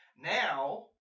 now